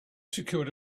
secured